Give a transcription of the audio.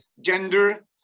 gender